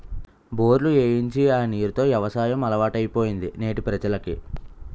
బోర్లు ఏయించి ఆ నీరు తో యవసాయం అలవాటైపోయింది నేటి ప్రజలకి